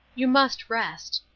you must rest.